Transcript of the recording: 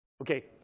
Okay